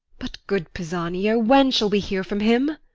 but, good pisanio, when shall we hear from him?